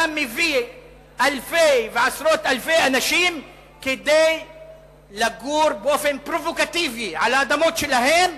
אתה מביא עשרות אלפי אנשים לגור באופן פרובוקטיבי על האדמות שלהם,